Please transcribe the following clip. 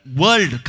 world